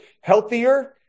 healthier